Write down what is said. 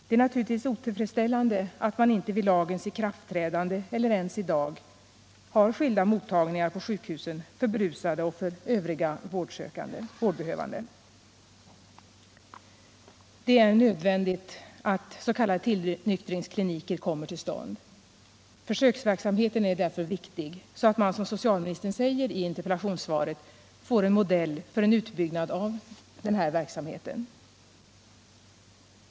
Det är naturligtvis otillfredsställande att man inte vid lagens ikraftträdande — eller ens i dag — har skilda mottagningar på sjukhusen för berusade och för övriga vårdbehövande. Det är nödvändigt att s.k. tillnyktringskliniker kommer till stånd. Försöksverksamheten är därför viktig så att man, som socialministern säger i interpellationssvaret, får en modell för en utbyggnad av denna verksamhet.